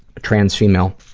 a trans female,